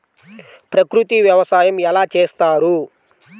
ప్రకృతి వ్యవసాయం ఎలా చేస్తారు?